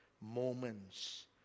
moments